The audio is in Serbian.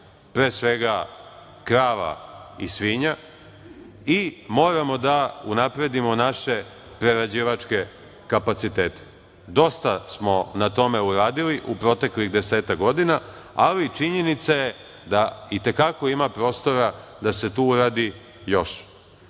pre svega, krava i svinja i moramo da unapredimo naše prerađivačke kapacitete. Dosta smo na tome uradili u proteklih desetak godina, ali činjenica je da i te kako ima prostora da se tu uradi još. Ali,